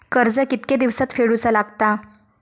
कर्ज कितके दिवसात फेडूचा लागता?